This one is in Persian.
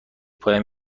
پایان